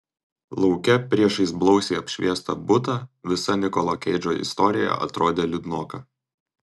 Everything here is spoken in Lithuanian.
lauke priešais blausiai apšviestą butą visa nikolo keidžo istorija atrodė liūdnoka